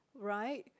right